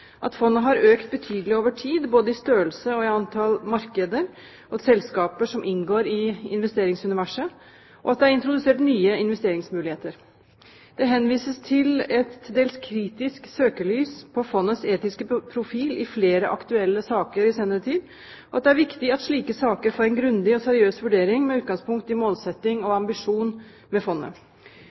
at fondet har økt betydelig over tid, både i størrelse og i antall markeder og selskaper som inngår i investeringsuniverset, og at det vil bli introdusert nye investeringsmuligheter. Det henvises til «et til dels kritisk søkelys på fondets etiske profil» i flere aktuelle saker den senere tid, og at det er viktig at slike saker får en grundig og seriøs vurdering med utgangspunkt i målsetting og ambisjon med fondet.